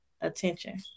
attention